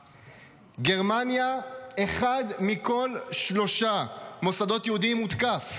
בגרמניה, אחד מכל שלושה מוסדות יהודיים הותקף.